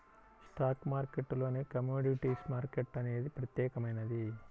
stock మార్కెట్టులోనే కమోడిటీస్ market అనేది ప్రత్యేకమైనది